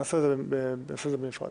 10:40